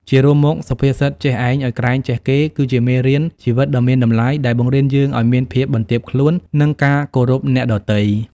ជារួមមក សុភាសិត "ចេះឯងឲ្យក្រែងចេះគេ" គឺជាមេរៀនជីវិតដ៏មានតម្លៃ ដែលបង្រៀនយើងឲ្យមាន ភាពបន្ទាបខ្លួន និងការគោរពអ្នកដទៃ។